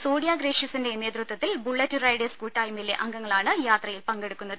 സോണിയാ ഗ്രേഷ്യസിന്റെ നേതൃത്വത്തിൽ bullet riders കൂട്ടായ്മയിലെ അംഗങ്ങളാണ് യാത്രയിൽ പങ്കെടുക്കുന്നത്